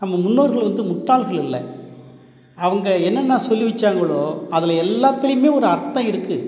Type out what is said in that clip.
நம்ம முன்னோர்கள் வந்து முட்டாள்கள் இல்லை அவங்க என்னென்ன சொல்லி வச்சாங்களோ அதில் எல்லாத்துலையுமே ஒரு அர்த்தம் இருக்குது